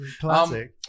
Classic